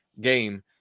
game